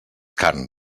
carn